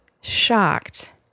shocked